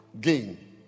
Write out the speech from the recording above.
gain